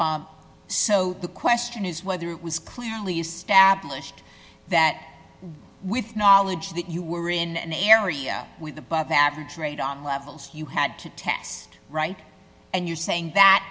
it so the question is whether it was clearly established that with knowledge that you were in an area with above average rate on levels you had to test right and you're saying that